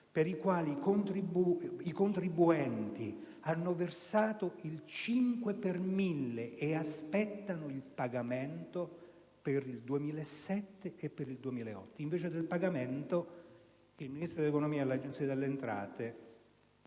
per le quali i contribuenti hanno versato il 5 per mille e che aspettano il pagamento per il 2007 e per il 2008. Invece del pagamento, poiché il Ministro dell'economia e l'Agenzia delle entrate